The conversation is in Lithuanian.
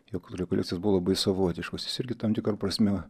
jo rekolekcijos buvo labai savotiškos jis irgi tam tikra prasme